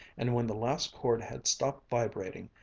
and when the last chord had stopped vibrating,